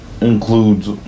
includes